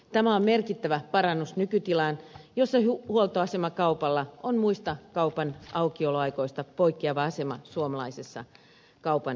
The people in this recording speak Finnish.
tämä on merkittävä parannus nykytilaan jossa huoltoasemakaupalla on muista kaupan aukioloajoista poikkeava asema suomalaisessa kaupan rakenteessa